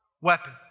weapon